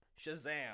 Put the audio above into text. Shazam